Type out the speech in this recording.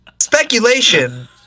speculation